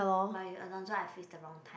but you alone so I feel it's the wrong time